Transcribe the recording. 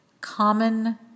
common